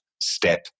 step